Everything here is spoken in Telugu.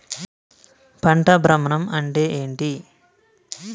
పంట భ్రమణం అంటే ఏంటి?